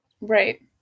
Right